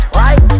right